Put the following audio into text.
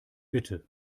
bitte